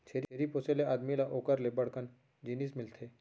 छेरी पोसे ले आदमी ल ओकर ले बड़ कन जिनिस मिलथे